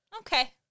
Okay